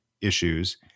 issues